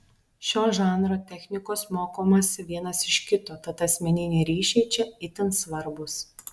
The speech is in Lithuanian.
šio žanro technikos mokomasi vienas iš kito tad asmeniniai ryšiai čia itin svarbūs